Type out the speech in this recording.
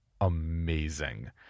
amazing